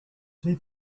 two